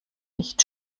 nicht